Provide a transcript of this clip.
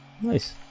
nice